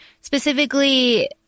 specifically